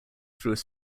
through